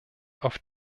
auf